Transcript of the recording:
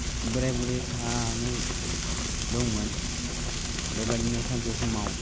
बोराइ बुरि सानै दंमोन बेबायदिनो सानसे समाव